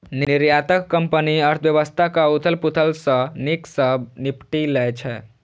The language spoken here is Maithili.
निर्यातक कंपनी अर्थव्यवस्थाक उथल पुथल सं नीक सं निपटि लै छै